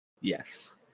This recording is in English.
Yes